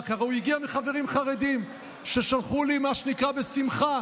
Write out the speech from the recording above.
כראוי הגיע מחברים חרדים ששלחו לי מה שנקרא בשמחה,